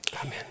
Amen